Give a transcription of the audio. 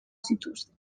zituzten